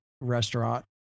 restaurant